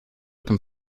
can